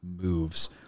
moves